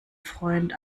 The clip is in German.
freund